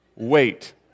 wait